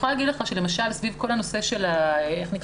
למשל סביב כל הנושא של ההסברה,